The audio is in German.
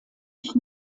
sich